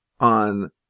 on